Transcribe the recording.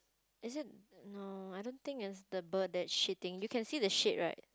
is it no I don't think it's the bird that's shitting you can see the shit right